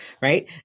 right